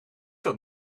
dat